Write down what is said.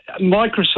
Microsoft